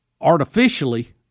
artificially